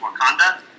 Wakanda